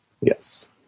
yes